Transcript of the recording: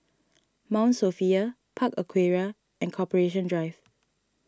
Mount Sophia Park Aquaria and Corporation Drive